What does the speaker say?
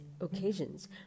occasions